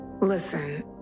Listen